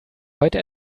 heute